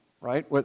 right